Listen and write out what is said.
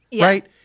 right